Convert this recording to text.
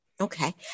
Okay